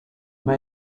mae